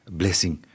blessing